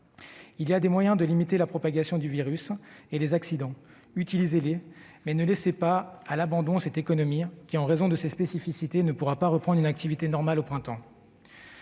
existants pour limiter la propagation du virus et les accidents, mais ne laissez pas à l'abandon cette économie, qui, en raison de ses spécificités, ne pourra pas reprendre une activité normale au printemps